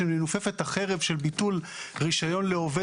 כשננופף את החרב של ביטול רישיון לעובד